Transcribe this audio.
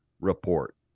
report